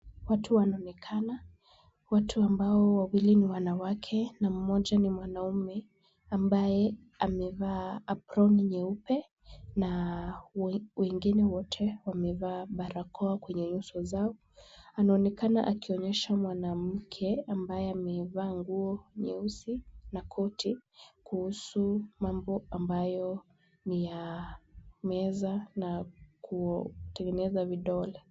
Watu wanaonekana. Watu ambao wawili ni wanawake na mmoja ni mwanaume, ambaye amevaa aproni nyeupe na wengine wote wamevaa barakoa kwenye nyuso zao. Anaonekana akionyesha mwanamke ambaye ameivaa nguo nyeusi na koti, kuhusu mambo ambayo ni ya meza na kutengeneza vidole.